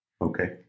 Okay